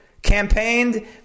campaigned